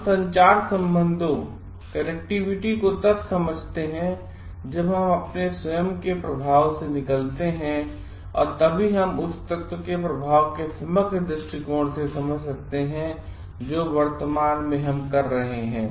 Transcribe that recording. हम संचार सम्बन्धों को तब समझते हैंजब हम अपने स्वयं का प्रभाव से निकलते हैं तभी हम उन्हें उस तत्व के प्रभाव के समग्र दृष्टिकोण से समझ सकते हैं जो हम वर्तमान में कर रहे हैं